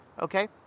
okay